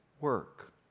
work